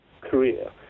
Korea